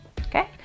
okay